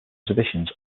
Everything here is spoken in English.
exhibitions